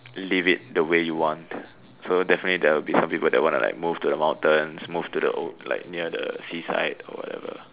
live it the way you want so definitely there would be some people that wanna like move to the mountains move to the sea side or whatever